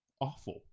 awful